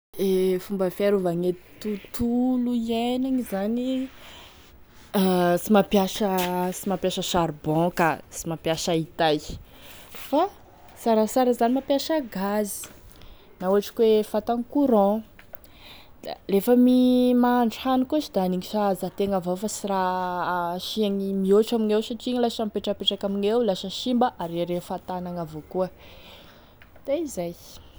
E fomba fiarovagne tontolo iainagny zany ha sy mampiasa, sy mampiasa charbon ka sy mampiasa hitay, fa sarasara zany mampiasa gaz, na ohatry koa hoe fatagny courant de lefa amy mahandro hany koa sha da aniny sahaza antegna avao fa sy raha asiagny mihoatry amigneo satria igny lasa mipetrapetraky amigneo, lasa simba amigneo, lasa ariariagny fahatany agny avao koa, da izay.